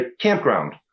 campground